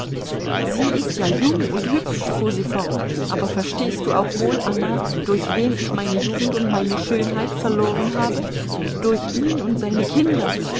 sie ist ja jung und hübsch fuhr sie fort aber verstehst du auch wohl anna durch wen ich meine jugend und meine schönheit verloren habe durch ihn und seine kinder